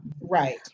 right